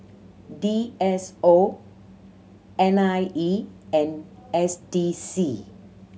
D S O N I E and S D C